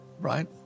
right